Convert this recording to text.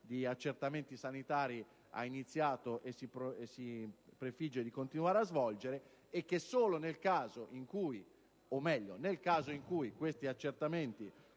di accertamenti sanitari ha iniziato e si prefigge di continuare a svolgere - e sul fatto che, nel caso in cui questi accertamenti,